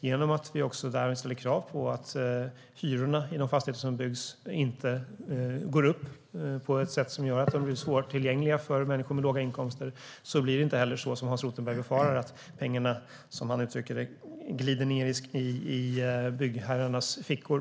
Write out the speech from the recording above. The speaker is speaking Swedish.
Genom att vi ställer krav på att hyrorna i de fastigheter som byggs inte går upp på ett sätt som gör att de blir svårtillgängliga för människor med låga inkomster blir det inte heller som Hans Rothenberg befarar: att pengarna, som han uttrycker det, glider ned i byggherrarnas fickor.